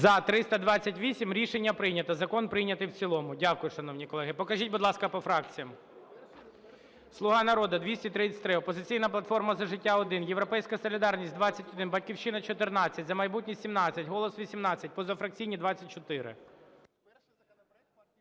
За-328 Рішення прийнято. Закон прийнятий в цілому. Дякую, шановні колеги. Покажіть, будь ласка, по фракціях. "Слуга народу" – 233, "Опозиційна платформа – За життя" – 1, "Європейська солідарність" – 21, "Батьківщина" – 14, "За майбутнє" – 17, "Голос" – 18, позафракційні – 24.